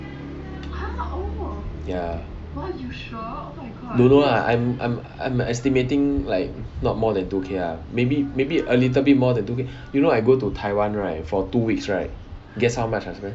ya don't know lah I'm I'm I'm estimating like not more than two K lah maybe maybe a little bit more than two K you know I go to taiwan right for two weeks right guess how much I spent